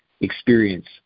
experience